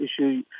issue